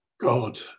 God